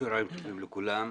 צהריים טובים לכולם.